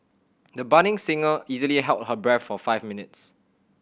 the budding singer easily held her breath for five minutes